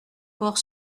port